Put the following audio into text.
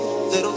Little